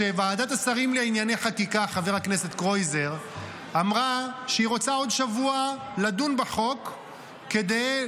הוא שוועדת השרים לענייני חקיקה אמרה שהיא רוצה עוד שבוע לדון בחוק כדי,